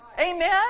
Amen